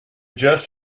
just